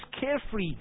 carefree